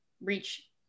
reach